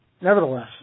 Nevertheless